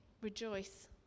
Rejoice